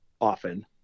often